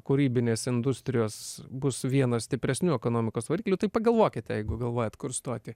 kūrybinės industrijos bus vienas stipresnių ekonomikos variklių tai pagalvokite jeigu galvojat kur stoti